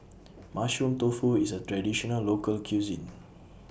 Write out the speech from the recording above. Mushroom Tofu IS A Traditional Local Cuisine